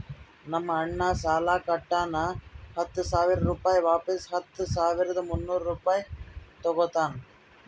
ನಮ್ ಅಣ್ಣಾ ಸಾಲಾ ಕೊಟ್ಟಾನ ಹತ್ತ ಸಾವಿರ ರುಪಾಯಿ ವಾಪಿಸ್ ಹತ್ತ ಸಾವಿರದ ಮುನ್ನೂರ್ ರುಪಾಯಿ ತಗೋತ್ತಾನ್